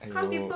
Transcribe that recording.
!aiyo!